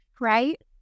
Right